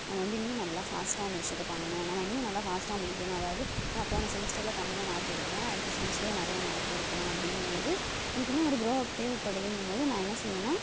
நம்ம வந்து இன்னும் நல்லா ஃபாஸ்ட்டாக இந்த விஷயத்த பண்ணணும் நம்ம இன்னும் நல்லா ஃபாஸ்ட்டா முடிக்கணும் அதாவது இப்போ நான் போன செமஸ்டரில் கம்மியாக மார்க் எடுத்துவிட்டேன் அடுத்த செமஸ்டரில் நிறையா மார்க் எடுக்கணும் அப்படீங்கும் போது எனக்கு இன்னும் ஒரு க்ரோ அப் தேவைப்படுதுங்கும் போது நான் என்ன செய்வேன்னால்